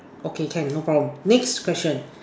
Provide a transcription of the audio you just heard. okay can no problem next question